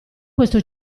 questo